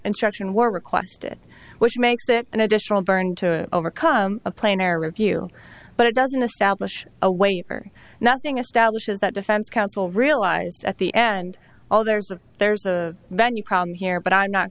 instruction were requested which makes it an additional burn to overcome a plane or review but it doesn't establish a waiver nothing establishes that defense counsel realized at the end all there's a there's a venue problem here but i'm not